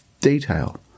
detail